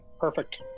Perfect